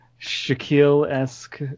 Shaquille-esque